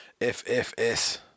FFS